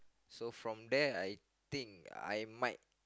so from there I think I might